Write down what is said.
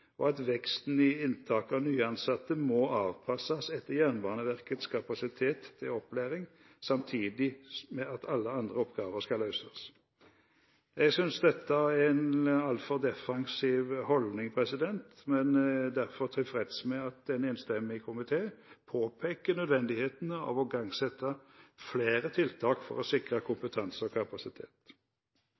og at veksten i inntak av nyansatte må avpasses etter Jernbaneverkets kapasitet til opplæring samtidig med at alle andre oppgaver skal løses. Jeg synes dette er en altfor defensiv holdning og er derfor tilfreds med at en enstemmig komité påpeker nødvendigheten av å igangsette flere tiltak for å sikre kompetanse og kapasitet.